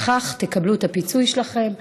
וכך תקבלו את הפיצוי שלכם,